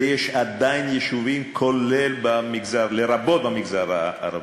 ועדיין יש יישובים, לרבות במגזר הערבי,